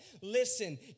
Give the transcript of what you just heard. Listen